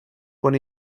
quan